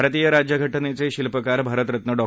भारतीय राज्यघटनेचे शिल्पकार भारतरत्न डॉ